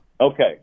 Okay